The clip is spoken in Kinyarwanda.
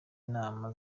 nama